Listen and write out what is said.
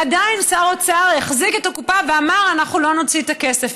עדיין שר האוצר החזיק את הקופה ואמר: אנחנו לא נוציא את הכסף.